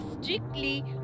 strictly